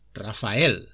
Rafael